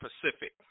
Pacific